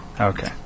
Okay